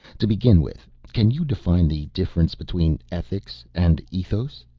to begin with can you define the difference between ethics and ethos?